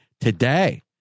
today